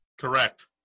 Correct